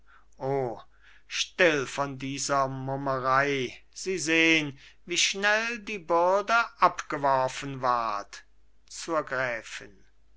still von dieser mummerei sie sehn wie schnell die bürde abgeworfen ward zur gräfin